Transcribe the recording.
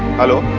hello.